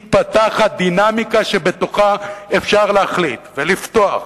מתפתחת דינמיקה, שבתוכה אפשר להחליט ולפתוח